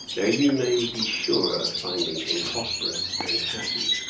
there you may be sure of finding him prosperous and happy.